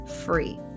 free